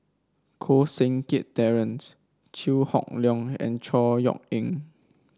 Koh Seng Kiat Terence Chew Hock Leong and Chor Yeok Eng